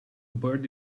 bird